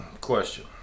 Question